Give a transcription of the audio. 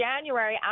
January